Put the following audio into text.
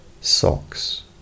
socks